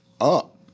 up